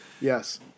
yes